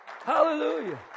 Hallelujah